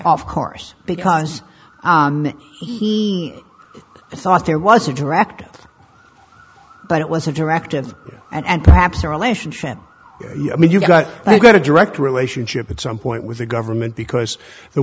off course because i thought there was a direct but it was a directive and perhaps a relationship i mean you've got i got a direct relationship at some point with the government because the